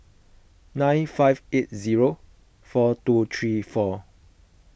nine five eight zero four two three four